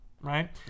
right